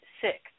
sick